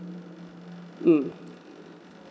mm